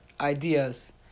ideas